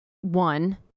one